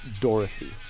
Dorothy